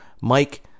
Mike